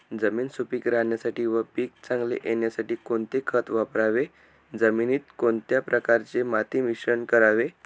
जमीन सुपिक राहण्यासाठी व पीक चांगले येण्यासाठी कोणते खत वापरावे? जमिनीत कोणत्या प्रकारचे माती मिश्रण करावे?